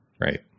right